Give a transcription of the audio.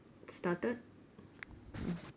started mm